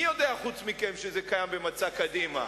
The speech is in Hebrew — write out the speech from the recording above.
מי חוץ מכם יודע שזה קיים במצע קדימה?